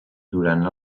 durant